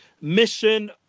mission